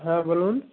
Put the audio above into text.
হ্যাঁ বলুন